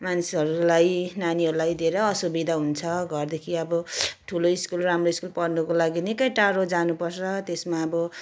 मानिसहरूलाई नानीहरूलाई धेरै असुविधा हुन्छ घरदेखि अब ठुलो स्कुल राम्रो स्कुल पढ्नुको लागि निकै टाडो जानु पर्छ त्यसमा अब